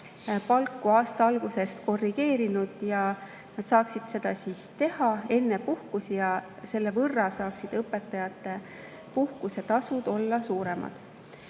palku aasta algusest korrigeerinud. Nad saaksid seda teha enne puhkust ja selle võrra saaksid õpetajate puhkusetasud olla suuremad.